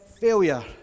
failure